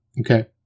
Okay